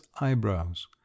eyebrows